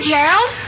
Gerald